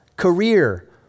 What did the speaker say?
Career